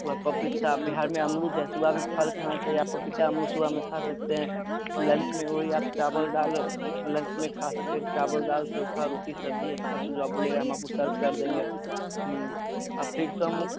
सुबह पपीता बिहार में अमरूद है सुबह में फल खाना चाहिए आप पपीता सुबह में खा सकते हैं लंच में वही आप चावल दाल लंच में खा सकते हैं चावल दाल चोखा और रोटी सब्ज़ी अच्छा सुझाव बोलिएगा हम आपको सर्व कर देंगे अब ठीक सम्मुख